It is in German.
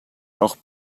auch